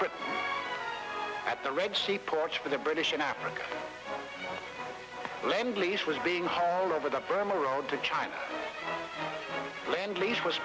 put at the red sea ports for the british in africa lend lease was being sold over the burma road to china lend lease was